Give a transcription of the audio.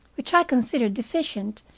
which i considered deficient,